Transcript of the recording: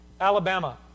Alabama